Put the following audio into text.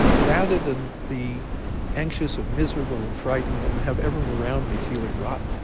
rather than be anxious and miserable and frightened and have everyone around me feeling rotten,